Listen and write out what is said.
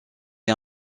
est